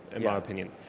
and my opinion,